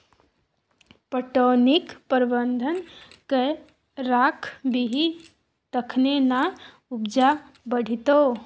पटौनीक प्रबंधन कए राखबिही तखने ना उपजा बढ़ितौ